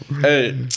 hey